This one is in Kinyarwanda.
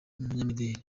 umunyamideri